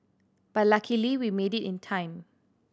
but luckily we made it in time